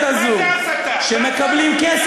כנסת שראוי שלפני שהם קוראים קריאות